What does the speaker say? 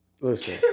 Listen